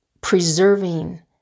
preserving